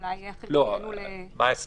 לא על ידי משרד החינוך.